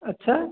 ଆଚ୍ଛା